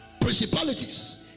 principalities